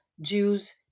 Jews